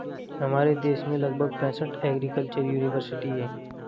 हमारे देश में लगभग पैंसठ एग्रीकल्चर युनिवर्सिटी है